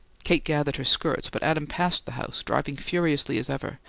kate gathered her skirts, but adam passed the house, driving furiously as ever,